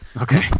Okay